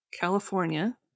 California